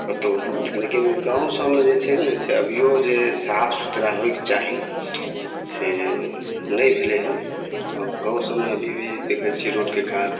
कतौ लेकिन गाँव सबमे जे छै ने से अभियो जे साफ सुथरा होयके चाही से नहि भेलै हन हँ गाँव सबमे अभी भी देखै छियै रोडके कात